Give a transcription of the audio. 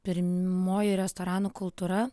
pirmoji restoranų kultūra